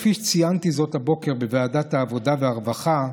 כפי ציינתי זאת הבוקר בוועדת העבודה והרווחה,